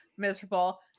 miserable